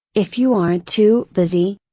if you aren't too busy?